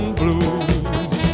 blues